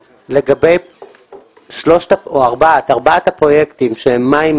לגבי ארבעת הפרויקטים שהם מים,